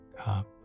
Cup